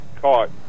caught